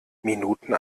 minuten